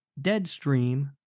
Deadstream